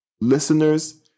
Listeners